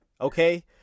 Okay